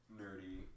nerdy